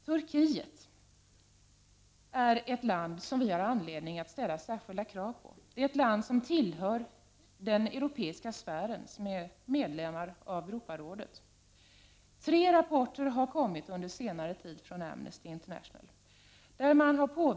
Turkiet är ett land som vi har anledning att ställa särskilda krav på. Det är ett land som tillhör den europeiska sfären av medlemmar i Europarådet. Tre rapporter om dokumenterad tortyr har under senare tid kommit från Amnesty International.